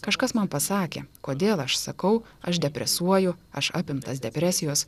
kažkas man pasakė kodėl aš sakau aš depresuoju aš apimtas depresijos